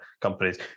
companies